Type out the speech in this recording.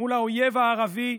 מול האויב הערבי.